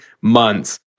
months